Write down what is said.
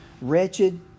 wretched